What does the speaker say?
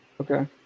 Okay